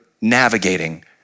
navigating